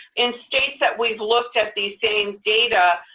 in states that we've looked at these same data,